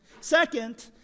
Second